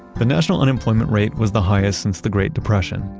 the national unemployment rate was the highest since the great depression,